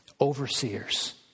Overseers